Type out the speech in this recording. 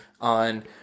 on